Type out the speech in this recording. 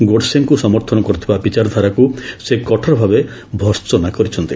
ଗୋଡ୍ସେଙ୍କୁ ସମର୍ଥନ କରୁଥିବା ବିଚାରଧାରାକୁ ସେ କଠୋର ଭାବେ ଭର୍ସନା କରିଛନ୍ତି